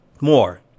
more